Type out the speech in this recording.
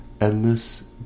Endless